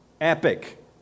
epic